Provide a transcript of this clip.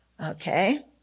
Okay